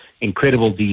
incredible